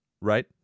right